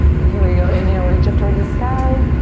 and here we go. inhale, reach up towards the sky.